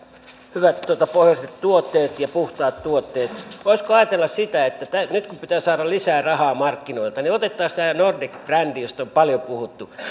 hyvät pohjoiset tuotteet ja puhtaat tuotteet voisiko ajatella sitä että nyt kun pitää saada lisää rahaa markkinoilta niin otettaisiin tämä nordic brändi josta on paljon puhuttu